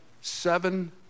seven